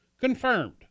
confirmed